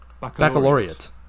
Baccalaureate